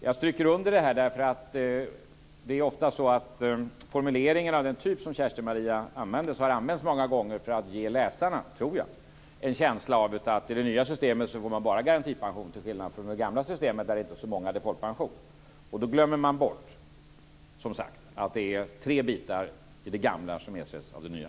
Jag stryker under detta därför att den typ av formuleringar som Kerstin-Maria Stalin använde har ofta använts för att ge läsarna en känsla av att i det nya systemet ges bara garantipension till skillnad från det gamla systemet där inte så många hade folkpension. Då glömmer man bort att det är tre bitar i det gamla som ersätts i det nya.